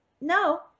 No